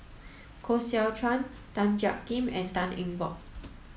Koh Seow Chuan Tan Jiak Kim and Tan Eng Bock